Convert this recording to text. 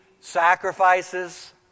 sacrifices